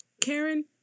Karen